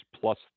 plus